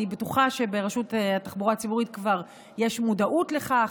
אני בטוחה שברשות התחבורה הציבורית כבר יש מודעות לכך,